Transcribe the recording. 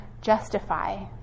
justify